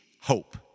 hope